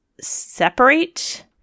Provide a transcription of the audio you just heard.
separate